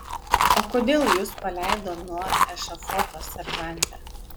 o kodėl jus paleido nuo ešafoto seržante